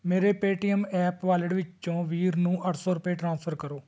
ਮੇਰੇ Paytm app wallet ਵਿੱਚੋਂ ਵੀਰ ਨੂੰ ਅੱਠ ਸੌ ਰੁਪਏ ਟ੍ਰਾਂਸਫਰ ਕਰੋ